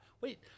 Wait